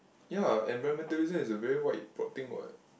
ya environmentalism is a very wide broad thing what